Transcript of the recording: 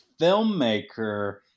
filmmaker